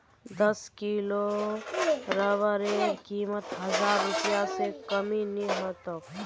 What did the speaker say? दस किलो रबरेर कीमत हजार रूपए स कम नी ह तोक